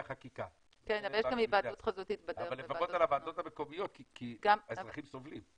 זו החקיקה אבל לפחות על הוועדות המקומיות כי האזרחים סובלים.